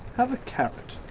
have a carrot.